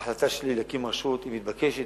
ההחלטה שלי להקים רשות היא מתבקשת,